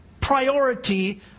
priority